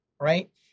right